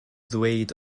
ddweud